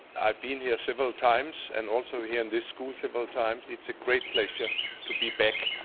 i've been here several times, and also here in this school several times. it's a great pleasure to be back.